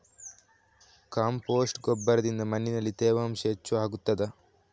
Compost ಗೊಬ್ಬರದಿಂದ ಮಣ್ಣಿನಲ್ಲಿ ತೇವಾಂಶ ಹೆಚ್ಚು ಆಗುತ್ತದಾ?